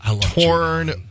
torn